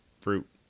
fruit